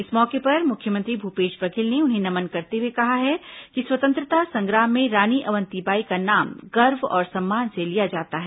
इस मौके पर मुख्यमंत्री भूपेश बघेल ने उन्हें नमन करते हुए कहा है कि स्वतंत्रता संग्राम में रानी अवंतिबाई का नाम गर्व और सम्मान से लिया जाता है